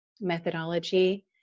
methodology